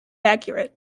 accurate